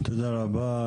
תודה רבה.